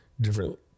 different